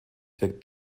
der